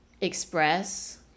express